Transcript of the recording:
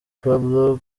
pablo